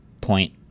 point